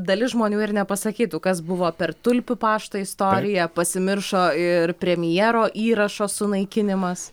dalis žmonių ir nepasakytų kas buvo per tulpių paštą istorija pasimiršo ir premjero įrašo sunaikinimas